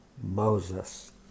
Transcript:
Moses